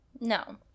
No